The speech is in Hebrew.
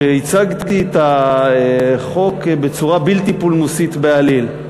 שהצגתי את החוק בצורה בלתי פולמוסית בעליל.